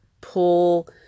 pull